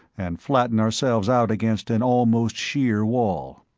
and flatten ourselves out against an almost sheer wall.